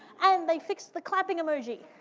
and they fixed the clapping emoji.